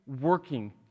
working